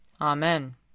Amen